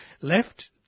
left